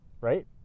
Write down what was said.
right